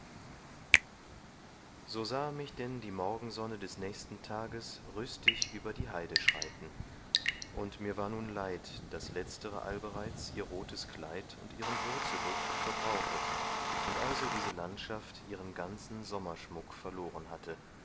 so sahe mich denn die morgensonne des nächsten tages rüstig über die heide schreiten und war mir nur leid daß letztere allbereits ihr rothes kleid und ihren würzeduft verbrauchet und also diese landschaft ihren ganzen sommerschmuck verloren hatte